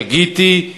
שגיתי,